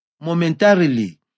Momentarily